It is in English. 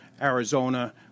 Arizona